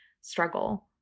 struggle